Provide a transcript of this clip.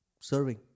serving